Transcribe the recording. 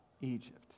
Egypt